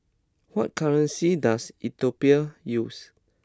what currency does Ethiopia use